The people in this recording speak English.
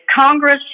Congress